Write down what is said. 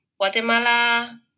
Guatemala